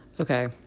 okay